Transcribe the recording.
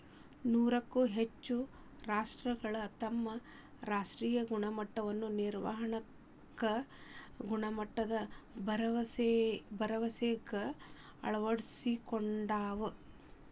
ನೂರಕ್ಕೂ ಹೆಚ್ಚ ರಾಷ್ಟ್ರಗಳು ತಮ್ಮ ರಾಷ್ಟ್ರೇಯ ಗುಣಮಟ್ಟದ ನಿರ್ವಹಣಾಕ್ಕ ಗುಣಮಟ್ಟದ ಭರವಸೆಕ್ಕ ಅಳವಡಿಸಿಕೊಂಡಾವ